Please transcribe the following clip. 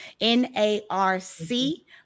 N-A-R-C